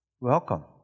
welcome